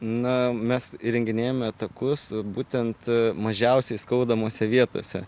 na mes įrenginėjame takus būtent mažiausiai skaudamose vietose